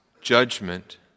judgment